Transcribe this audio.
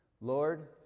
Lord